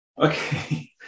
Okay